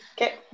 Okay